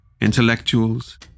intellectuals